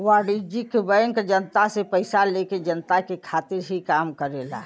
वाणिज्यिक बैंक जनता से पइसा लेके जनता के खातिर ही काम करला